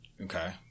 Okay